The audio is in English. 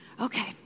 Okay